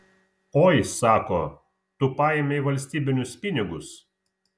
oi sako tu paėmei valstybinius pinigus